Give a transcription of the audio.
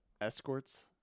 escorts